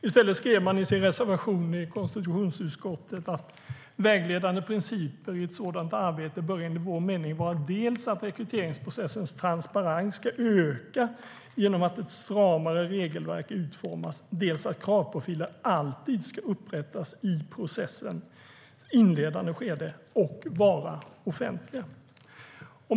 I stället skrev man följande i sin reservation i konstitutionsutskottets betänkande: "Vägledande principer i ett sådant arbete bör enligt vår mening vara dels att rekryteringsprocessens transparens ska öka genom att ett stramare regelverk utformas, dels att kravprofiler alltid ska upprättas i processens inledande skede och vara offentliga."